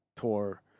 tour